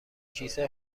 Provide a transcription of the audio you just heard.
کیسه